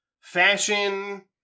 Fashion